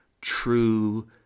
true